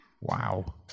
Wow